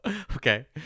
Okay